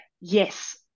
yes